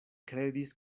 kredis